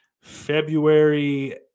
February